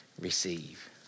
receive